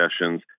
sessions